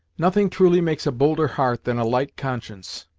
nothing truly makes a bolder heart than a light conscience.